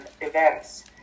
events